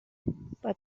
but